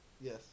Yes